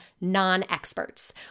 non-experts